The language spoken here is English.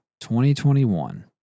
2021